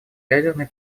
ядерной